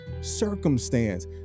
circumstance